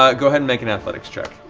ah go ahead and make an athletics check.